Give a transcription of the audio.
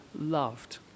loved